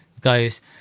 goes